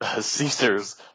Caesar's